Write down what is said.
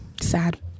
sad